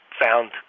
found